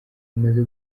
bamaze